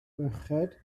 merched